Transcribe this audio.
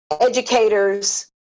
educators